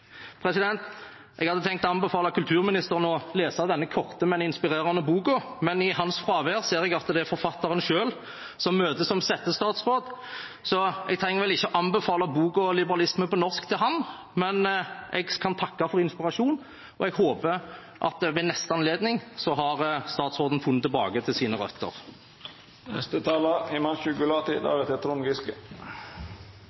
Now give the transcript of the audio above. Jeg hadde tenkt å anbefale kulturministeren å lese denne korte, men inspirerende boka, men i hans fravær ser jeg at det er forfatteren selv som møter som settestatsråd, så jeg trenger vel ikke å anbefale boka «Liberalisme på norsk» til ham. Men jeg kan takke for inspirasjon, og jeg håper at statsråden ved neste anledning har funnet tilbake til sine